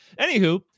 anywho